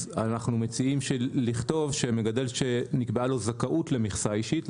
אנחנו מציעים לכתוב שמגדל שנקבעה לו זכאות למכסה אישית,